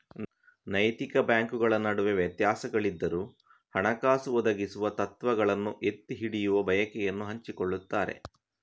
ನೈತಿಕ ಬ್ಯಾಂಕುಗಳ ನಡುವೆ ವ್ಯತ್ಯಾಸಗಳಿದ್ದರೂ, ಹಣಕಾಸು ಒದಗಿಸುವ ತತ್ವಗಳನ್ನು ಎತ್ತಿ ಹಿಡಿಯುವ ಬಯಕೆಯನ್ನು ಹಂಚಿಕೊಳ್ಳುತ್ತಾರೆ